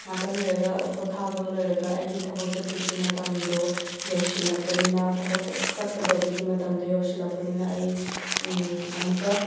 ꯉꯥꯏꯍꯥꯛꯇꯪ ꯂꯩꯔꯒ ꯄꯣꯊꯥꯕ ꯂꯣꯏꯔꯒ ꯑꯩꯒꯤ ꯊꯕꯛ ꯆꯠꯄꯒꯤ ꯃꯇꯝꯗꯣ ꯌꯧꯁꯤꯜꯂꯛꯄꯅꯤꯅ ꯊꯕꯛ ꯆꯠꯀꯗꯕꯒꯤ ꯃꯇꯝꯗꯣ ꯌꯧꯁꯤꯜꯂꯛꯄꯅꯤꯅ ꯑꯩ ꯑꯃꯨꯛꯀ